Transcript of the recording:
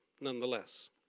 nonetheless